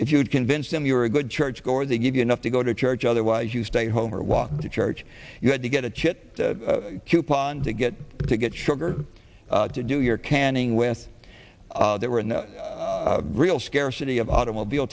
if you had convinced him you were a good church goer they gave you enough to go to church otherwise you stay home or walk to church you had to get a chit coupon to get to get sugar to do your canning with there were no real scarcity of automobile